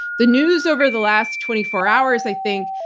the news over the last twenty four hours, i think,